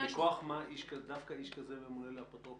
מכוח מה דווקא איש כזה ממונה לאפוטרופוס?